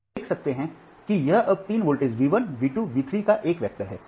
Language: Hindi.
आप देख सकते हैं कि यह अब तीन वोल्टेज V 1 V 2 V 3 का एक वेक्टर है